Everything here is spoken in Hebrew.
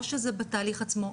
או שזה בתהליך עצמו.